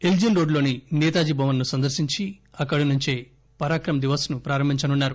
Ellis రోడ్దులోని నేతాజీ భవన్ను సందర్పించి అక్కడి నుంచే పరాక్రమ దివస్ ను ప్రారంభించనున్నారు